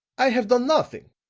i have done nothing,